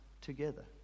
together